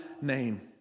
name